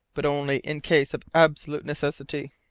but only in case absolute necessity.